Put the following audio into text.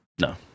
No